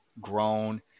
grown